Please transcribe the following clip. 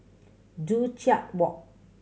Joo Chiat Walk